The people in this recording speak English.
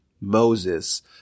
Moses